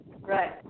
right